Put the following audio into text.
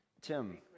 Tim